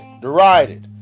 derided